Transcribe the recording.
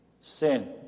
sin